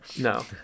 No